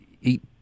eat –